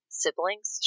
siblings